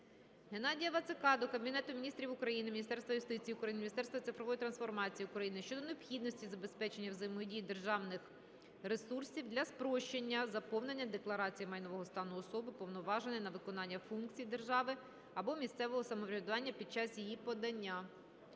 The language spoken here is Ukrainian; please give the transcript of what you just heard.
Геннадія Вацака до Кабінету Міністрів України, Міністерства юстиції України, Міністерства цифрової трансформації України щодо необхідності забезпечення взаємодії державних реєстрів для спрощення заповнення декларації майнового стану особи, уповноваженої на виконання функцій держави або місцевого самоврядування під час її подання.